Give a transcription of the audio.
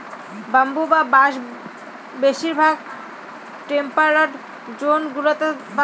bamboo বা বাঁশ বেশিরভাগ টেম্পারড জোন গুলোতে পাবে